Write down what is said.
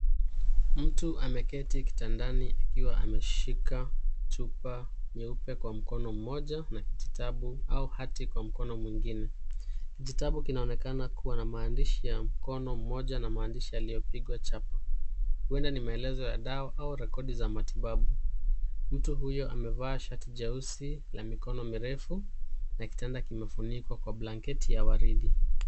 Mtu ameketi kitandani akiwa ameketi akiwa ameshika chupa nyeupe kwa mkono mmoja, na kijitabu au hati kwa mkono mwingine. Kijitabu kinaonekana kuwa na maandishi ya mkono mmoja na maandishi yaliyopigwa chapa. Huenda ni maelezo ya dawa au rekodi za matibabu. Mtu mmoja amevaa shati jeusi na la mikono mirefu na kitanda kimefunikwa na blanketi ya waridi.